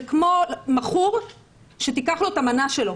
זה כמו מכור שתיקח לו את המנה שלו,